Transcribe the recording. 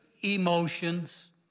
emotions